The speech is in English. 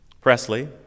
Presley